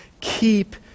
keep